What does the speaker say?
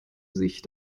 sich